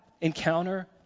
encounter